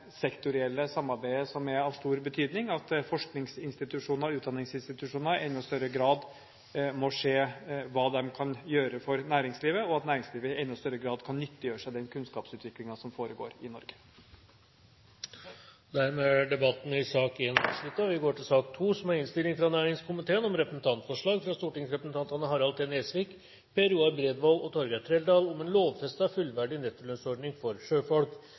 samarbeidet av stor betydning, at forskningsinstitusjoner og utdanningsinstitusjoner i enda større grad må se hva de kan gjøre for næringslivet, og at næringslivet i enda større grad kan nyttiggjøre seg den kunnskapsutviklingen som foregår i Norge. Dermed er debatten i sak nr. 1 avsluttet. Etter ønske fra næringskomiteen vil presidenten foreslå at taletiden begrenses til 40 minutter og fordeles med inntil 5 minutter til hvert parti og